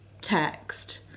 text